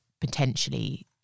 potentially